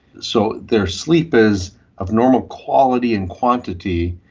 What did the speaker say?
so their sleep is of normal quality and quantity,